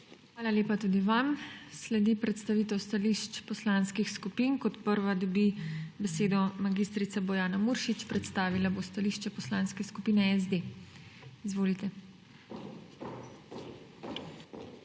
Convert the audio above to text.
Hvala lepa tudi vam. Sledi predstavitev stališč poslanskih skupin. Kot prva dobi besedo mag. Bojana Muršič, predstavila bo stališče Poslanske skupine SD. Izvolite.